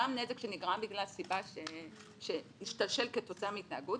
גם נזק שנגרם בגלל סיבה שהשתלשל כתוצאה מהתנהגות,